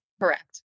Correct